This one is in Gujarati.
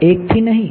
1 થી નહીં